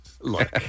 look